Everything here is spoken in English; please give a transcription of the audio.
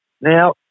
Now